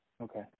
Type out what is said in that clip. Okay